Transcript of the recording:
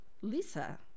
Lisa